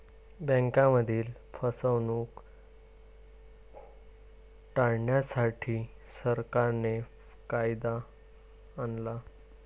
बँकांमधील फसवणूक टाळण्यासाठी, सरकारने कायदा आणला